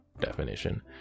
definition